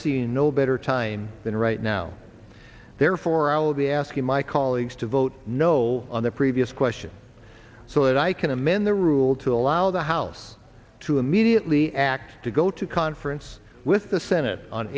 see no better time than right now therefore i will be asking my colleagues to vote no on the previous question so that i can amend the rule to allow the house to immediately act to go to conference with the senate on